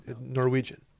Norwegian